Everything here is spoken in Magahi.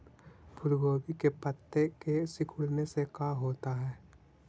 फूल गोभी के पत्ते के सिकुड़ने से का होता है?